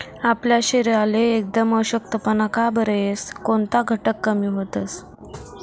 आपला शरीरले एकदम अशक्तपणा का बरं येस? कोनता घटक कमी व्हतंस?